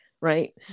right